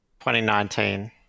2019